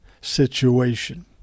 situation